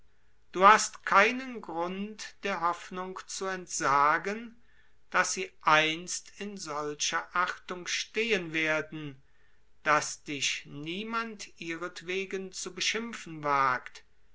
du hast keinen grund der hoffnung zu entsagen daß sie einst in solcher achtung stehen werden daß dich niemand ihretwegen zu beschimpfen wagt